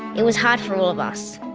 it was hard for all of us.